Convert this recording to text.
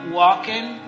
walking